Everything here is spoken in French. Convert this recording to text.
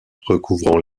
recouvrant